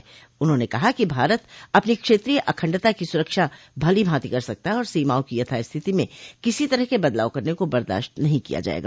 रक्षा मंत्री ने कहा कि भारत अपनी क्षेत्रीय अखंडता की सुरक्षा भलि भांति कर सकता है और सीमाओं की यथास्थिति में किसी तरह के बदलाव करने को बर्दाश्त नहीं किया जाएगा